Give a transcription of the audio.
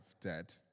dead